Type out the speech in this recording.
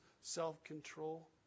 self-control